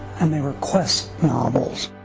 and they were quest novels.